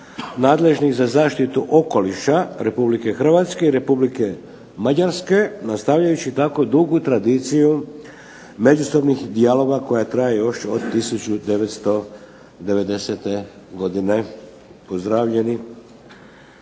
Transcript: nadležnih za zaštitu okoliša Republike Hrvatske i Republike Mađarske nastavljajući tako dugu tradiciju međusobnih dijaloga koja traje još od 1990. godine. Pozdravljeni.